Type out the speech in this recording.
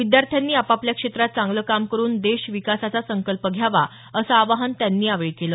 विद्यार्थ्यांनी आपापल्या क्षेत्रात चांगलं काम करुन देश विकासाचा संकल्प घ्यावा असं आवाहन त्यांनी यावेळी केलं